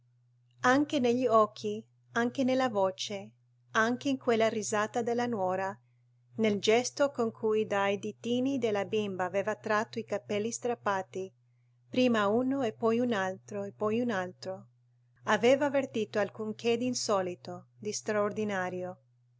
anche negli occhi anche nella voce anche in quella risata della nuora nel gesto con cui dai ditini della bimba aveva tratto i capelli strappati prima uno e poi un altro e poi un altro aveva avvertito alcunché d'insolito di straordinario